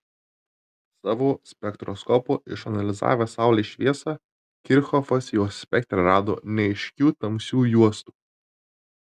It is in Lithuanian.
savo spektroskopu išanalizavęs saulės šviesą kirchhofas jos spektre rado neaiškių tamsių juostų